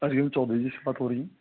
हाँ जी चौबे जी से बात हो रही है